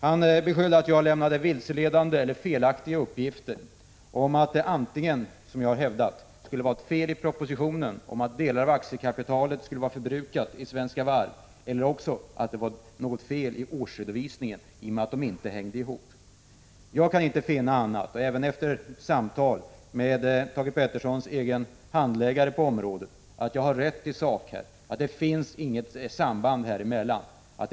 Han beskyllde mig för att lämna vilseledande eller felaktiga uppgifter om att det antingen skulle vara ett fel i propositionen vad gäller att delar av aktiekapitalet i Svenska Varv skulle vara förbrukade eller också att det var något fel i årsredovisningen — i och med att de inte hänger ihop. Jag kan inte finna annat — även efter samtal med Thage Petersons egen handläggare på området — än att jag har rätt i sak. Det finns inget samband mellan dessa båda redovisningar.